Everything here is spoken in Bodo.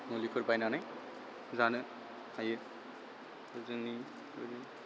मुलिफोर बायनानै जानो हायो जोंनि